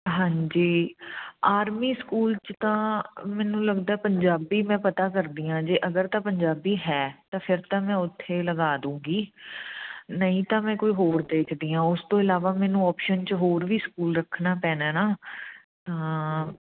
ਹਾਂਜੀ army school 'ਚ ਤਾਂ ਮੈਨੂੰ ਲੱਗਦਾ ਪੰਜਾਬੀ ਮੈਂ ਪਤਾ ਕਰਦੀ ਹਾਂ ਜੇ ਅਗਰ ਤਾਂ ਪੰਜਾਬੀ ਹੈ ਤਾਂ ਫਿਰ ਤਾਂ ਮੈਂ ਉੱਥੇ ਲਗਾ ਦੇਵਾਂਗੀ ਨਹੀਂ ਤਾਂ ਮੈਂ ਕੋਈ ਹੋਰ ਦੇਖਦੀ ਹਾਂ ਉਸ ਤੋਂ ਇਲਾਵਾ ਮੈਨੂੰ ਆਪਸ਼ਨ 'ਚ ਹੋਰ ਵੀ ਸਕੂਲ ਰੱਖਣਾ ਪੈਣਾ ਨਾ ਤਾਂ